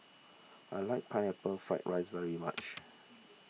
I like Pineapple Fried Rice very much